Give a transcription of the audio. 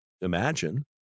imagine